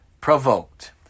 provoked